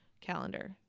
calendar